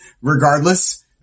regardless